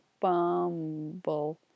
Bumble